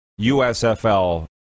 USFL